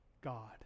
God